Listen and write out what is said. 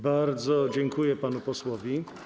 Bardzo dziękuję panu posłowi.